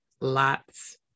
lots